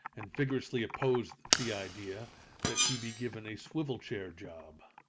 and vigorously opposed the idea that he be given a swivel-chair job.